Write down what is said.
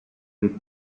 with